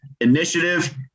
initiative